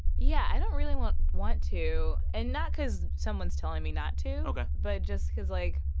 yeah, i don't really want want to and not because someone's telling me not to but just because, like,